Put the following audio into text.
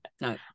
no